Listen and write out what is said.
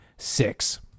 Six